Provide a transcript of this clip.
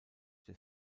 des